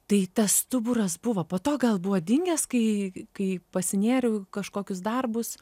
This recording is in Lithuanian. tai tas stuburas buvo po to gal buvo dingęs kai kai pasinėriau į kažkokius darbus